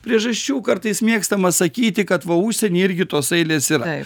priežasčių kartais mėgstama sakyti kad va užsieny irgi tos eilės yra